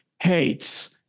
hates